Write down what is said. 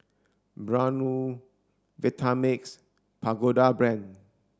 Braun Vitamix Pagoda Brand